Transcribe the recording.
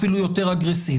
אולי אפילו יותר אגרסיבי.